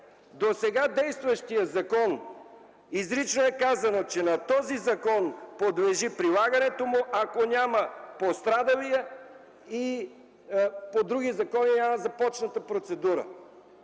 досега действащия закон изрично е казано, че на този закон подлежи прилагането му, ако пострадалият няма и по други закони започната процедура.